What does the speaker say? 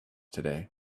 today